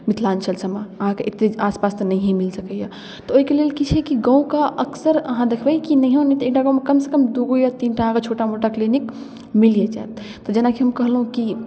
मिथिलाञ्चल सबमे अहाँके एतेक आसपास तऽ नहिए मिल सकैए तऽ ओहिके लेल कि छै कि गामके अक्सर अहाँ देखबै कि नहिओ नहि तऽ एकटा गाममे कमसँ कम दुइगो या तीन टा छोटा मोटा क्लीनिक मिलिए जाएत तऽ जेनाकि हम कहलहुँ कि